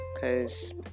cause